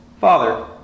Father